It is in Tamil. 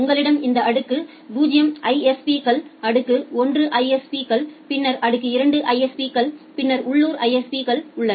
உங்களிடம் இந்த அடுக்கு 0 ISP கள் அடுக்கு 1 ISP கள் பின்னர் அடுக்கு 2 ISP கள் பின்னர் உள்ளூர் ISP கள் உள்ளன